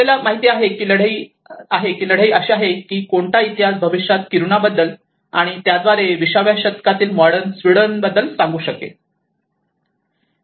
आपल्याला माहित आहे की लढाई अशी आहे की कोणता इतिहास भविष्यात किरुणाबद्दल आणि त्याद्वारे 20 व्या शतकाच्या मॉडर्न स्वीडनबद्दल सांगू शकेल